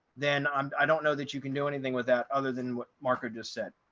then um i don't know that you can do anything with that other than what marco just said.